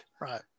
right